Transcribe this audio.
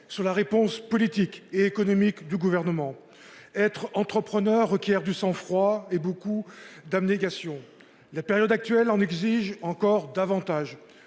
sur la réponse politique et économique du gouvernement. Être entrepreneur requiert du sang-froid et beaucoup d'abnégation. La période actuelle en exige encore davantage.